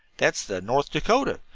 that's the north dakota.